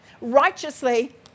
righteously